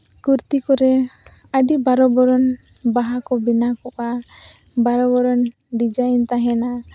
ᱠᱩᱨᱛᱤ ᱠᱚᱨᱮ ᱟᱹᱰᱤ ᱵᱟᱨᱚ ᱵᱚᱨᱚᱱ ᱵᱟᱦᱟ ᱠᱚ ᱵᱮᱱᱟᱣ ᱠᱚᱜᱼᱟ ᱵᱟᱨᱚ ᱵᱚᱨᱚᱱ ᱰᱤᱡᱟᱭᱤᱱ ᱛᱟᱦᱮᱱᱟ